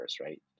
right